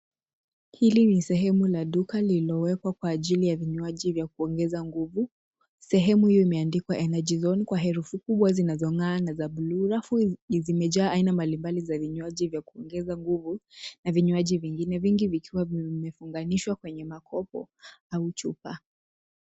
Hili ni sehemu la duka lilowekwa kwa ajili ya vinywaji vya kuongeza nguvu, sehemu hiyo imeandikwa energy zone kwa herufu kubwa zinazongaa na za bluu, rafu zimejaa aina mbali mbali za vinywaji vya kuongeza nguvu na vinywaji vingine vingi vikiwa vimefunganishwa kwenye makopo au chupa.